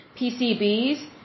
PCBs